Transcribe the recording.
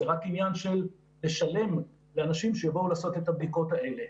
זה רק עניין של לשלם לאנשים שיבואו לעשות את הבדיקות האלה.